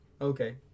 Okay